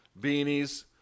beanies